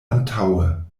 antaŭe